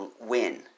win